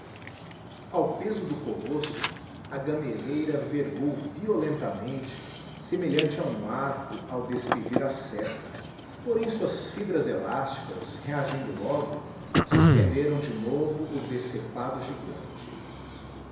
ao peso do colosso a gameleira vergou violentamente semelhante a um arco ao despedir a seita porém suas fibras elásticas reagindo logo suspenderam de novo o decepado gigínte